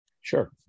Sure